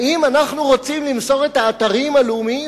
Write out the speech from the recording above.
האם אנחנו רוצים למסור את האתרים הלאומיים